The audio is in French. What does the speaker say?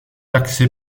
axée